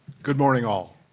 good morning all.